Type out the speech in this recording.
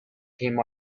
came